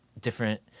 different